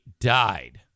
died